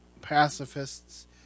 pacifists